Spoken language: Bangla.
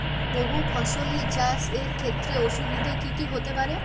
বহু ফসলী চাষ এর ক্ষেত্রে অসুবিধে কী কী হতে পারে?